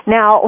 Now